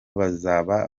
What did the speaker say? bazaba